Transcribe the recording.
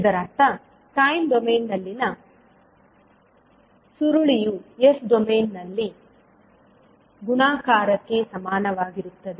ಇದರರ್ಥ ಟೈಮ್ ಡೊಮೇನ್ನಲ್ಲಿನ ಸುರುಳಿಯು s ಡೊಮೇನ್ನಲ್ಲಿ ಗುಣಾಕಾರಕ್ಕೆ ಸಮನಾಗಿರುತ್ತದೆ